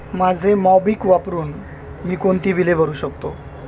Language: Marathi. माझे मॉबिक वापरून मी कोणती बिले भरू शकतो